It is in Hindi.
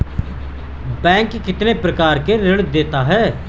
बैंक कितने प्रकार के ऋण देता है?